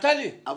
נפתלי דרעי, תודה.